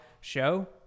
show